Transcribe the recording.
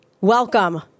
welcome